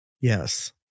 Yes